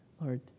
Lord